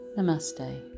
Namaste